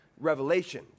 revelation